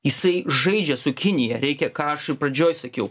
jisai žaidžia su kinija reikia ką aš ir pradžioj sakiau